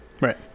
right